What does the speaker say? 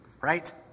right